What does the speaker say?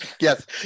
Yes